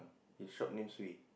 his shop name Swee